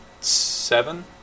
seven